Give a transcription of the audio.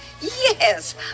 Yes